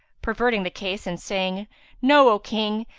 perverting the case and saying know, o king,